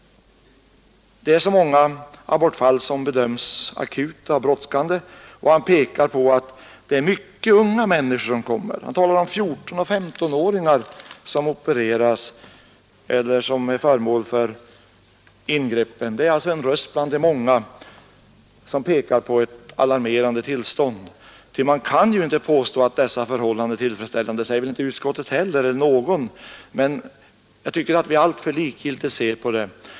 Det är så många abortfall som bedöms som akuta och brådskande. Och han pekar på att det är mycket unga människor som söker abort. Han talar om 14—1S5-åringar som är föremål för ingrepp. Det är alltså en röst bland de många som riktar uppmärksamheten på ett alarmerande tillstånd. Ty man kan ju inte påstå att dessa förhållanden är tillfredsställande. Det säger väl inte utskottet eller någon annan heller. Men jag tycker att vi alltför likgiltigt ser på detta problem.